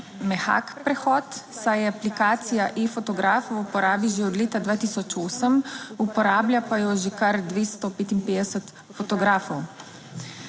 mehak prehod, saj je aplikacija e-fotograf v uporabi že od leta 2008. Uporablja pa jo že kar 255 fotografov.